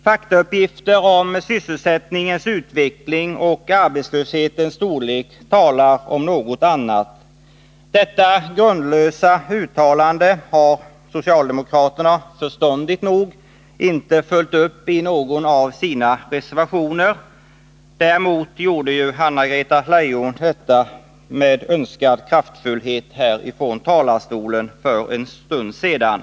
Faktauppgifter om sysselsättningens utveckling och arbetslöshetens storlek talar om något annat. Det grundlösa uttalandet i motionen har socialdemokraterna förståndigt nog inte följt upp i någon av sina reservationer. Däremot gjorde ju Anna-Greta Leijon detta med önskad tydlighet här från talarstolen för en stund sedan.